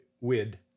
Wid